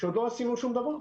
כשעוד לא עשינו שום דבר.